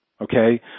okay